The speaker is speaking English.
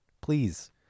Please